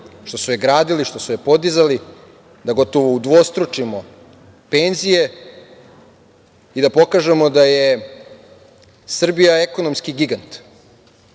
što su je gradili, što su je podizali, da gotovo udvostručimo penzije i da pokažemo da je Srbija ekonomski gigant